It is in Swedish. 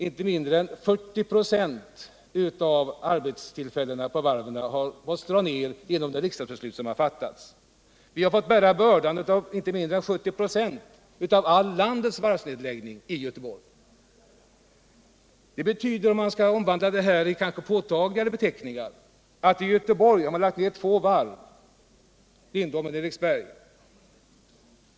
Inte mindre än 40 96 av arbetstillfällena på varven har måst dras ned genom det riksdagsbeslut som har fattats. Vi har i Göteborg fått bära inte mindre än 70 926 av alla landets varvsnedläggningar. Omvandlat i påtagligare beskrivningar betyder det att man i Göteborg har lagt ned två varv, Lindholmen och Eriksberg.